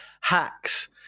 hacks